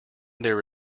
there